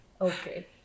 Okay